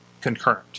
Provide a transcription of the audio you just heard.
concurrent